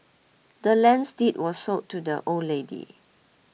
the land's deed was sold to the old lady